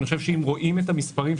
אם רואים את המספרים,